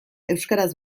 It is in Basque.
euskaraz